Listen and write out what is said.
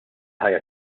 ħajja